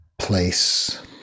place